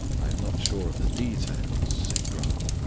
i am not sure of the details, said grant,